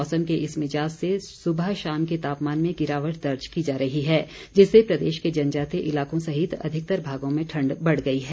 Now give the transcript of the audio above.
मौसम के इस मिजाज़ से सुबह शाम के तापमान में गिरावट दर्ज की जा रही है जिससे प्रदेश के जनजातीय इलाकों सहित अधिकतर भागों में ठंड बढ़ गई है